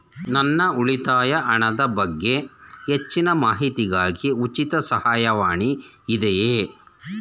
ನನ್ನ ಉಳಿತಾಯ ಹಣದ ಬಗ್ಗೆ ಹೆಚ್ಚಿನ ಮಾಹಿತಿಗಾಗಿ ಉಚಿತ ಸಹಾಯವಾಣಿ ಇದೆಯೇ?